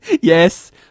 Yes